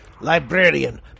librarian